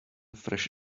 fresh